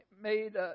made